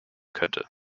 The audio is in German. könnte